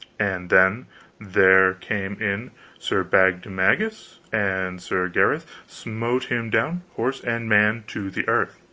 and then there came in sir bagdemagus, and sir gareth smote him down horse and man to the earth.